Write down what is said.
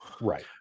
Right